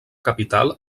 capital